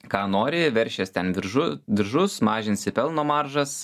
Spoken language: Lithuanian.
ką nori veršies ten diržu diržus mažinsi pelno maržas